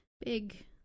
big